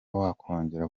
wakongera